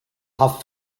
have